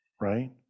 Right